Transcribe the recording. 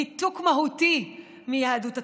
ניתוק מהותי מיהדות התפוצות.